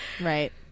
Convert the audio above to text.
Right